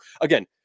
again